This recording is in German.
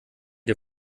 dir